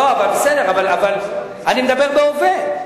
אני מדבר בהווה.